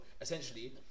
essentially